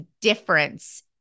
difference